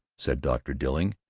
said dr. dilling,